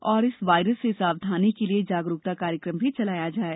और इस वायरस से सावधानी के लिए जागरूकता कार्यक्रम भी चलाया जाये